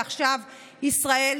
סמוכות.